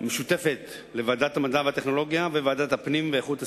משותפת של ועדת המדע והטכנולוגייה וועדת הפנים והגנת הסביבה,